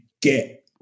get